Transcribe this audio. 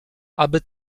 aby